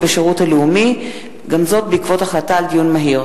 אני קובע שההצעה שהציג לפנינו יושב-ראש ועדת הכנסת אושרה.